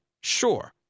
Sure